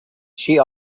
she